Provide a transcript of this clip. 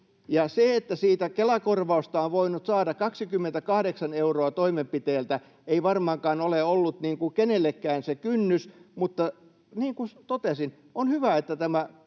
Se, että siitä on voinut saada Kela-korvausta 28 euroa toimenpiteeltä, ei varmaankaan ole ollut kenellekään se kynnys. Niin kuin totesin, on hyvä, että tämä